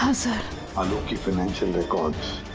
and the financial records